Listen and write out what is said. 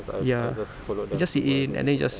ya just sit in and then you just